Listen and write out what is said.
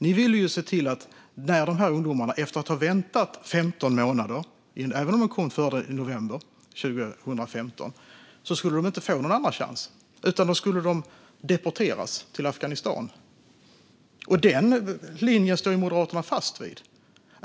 Ni ville se till att när de här ungdomarna hade väntat i 15 månader, även om de kom före november 2015, så skulle de inte få någon andra chans, utan då skulle de deporteras till Afghanistan. Den linjen står ju Moderaterna fast vid.